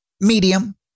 Medium